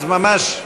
אז ממש,